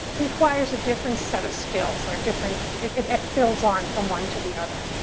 requires a different set of skills, or different it builds on from one to the other.